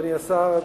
אדוני השר,